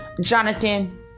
Jonathan